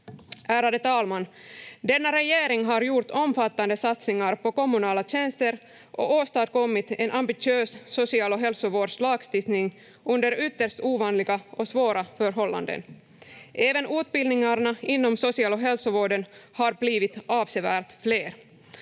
Ärade talman! Denna regering har gjort omfattande satsningar på kommunala tjänster och åstadkommit en ambitiös social- och hälsovårdslagstiftning under ytterst ovanliga och svåra förhållanden. Även utbildningarna inom social- och hälsovården har blivit avsevärt fler.